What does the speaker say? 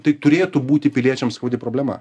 tai turėtų būti piliečiam skaudi problema